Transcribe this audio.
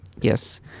Yes